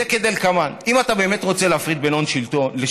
זה כדלקמן: אם אתה באמת רוצה להפריד בין הון לשלטון,